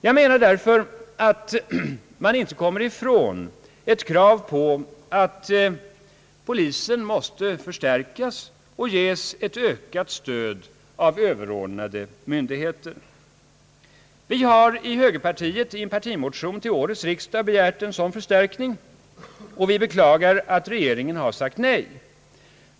Jag menar därför att man inte kommer ifrån ett krav att polisen måste förstärkas och ges ett ökat stöd av överordnade myndigheter. Vi har i högerpartiet i en partimotion till årets riksdag begärt en sådan förstärkning, och vi beklagar att regeringen sagt nej.